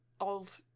old